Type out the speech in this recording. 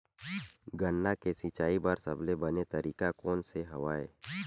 गन्ना के सिंचाई बर सबले बने तरीका कोन से हवय?